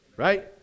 Right